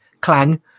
clang